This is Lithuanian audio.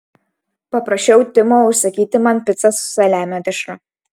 paprašiau timo užsakyti man picą su saliamio dešra